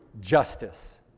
justice